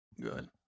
good